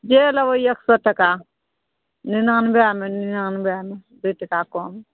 जे लेबै एक सए टका निनानबे मे निनानबे मे दू टका कम